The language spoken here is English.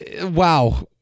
Wow